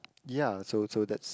ya so so that's